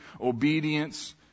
obedience